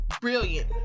brilliant